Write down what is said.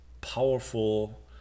powerful